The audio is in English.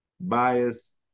bias